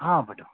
অঁ বাইদেউ